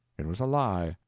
it was a lie.